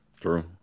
True